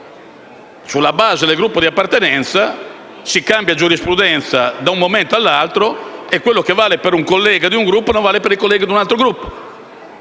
sulla base del Gruppo di appartenenza, si cambia giurisprudenza da un momento all'altro e quello che vale per un collega di un Gruppo non vale per il collega di un altro.